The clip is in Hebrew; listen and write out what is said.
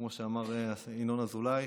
וכמו שאמר ינון אזולאי,